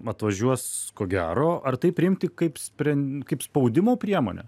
atvažiuos ko gero ar tai priimti kaip sprendi kaip spaudimo priemonę